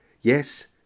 yes